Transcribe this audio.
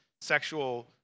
sexual